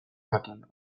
jakinda